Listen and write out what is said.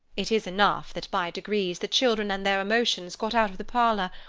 it is enough that by degrees the children and their emotions got out of the parlour,